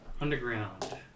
underground